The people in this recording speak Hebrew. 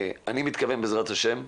אני מתכוון בע"ה,